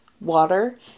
water